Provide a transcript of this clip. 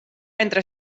entre